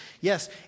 yes